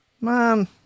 man